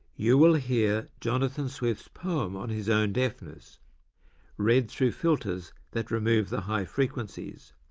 you will hear jonathan swift's poem on his own deafness read through filters that remove the high frequencies.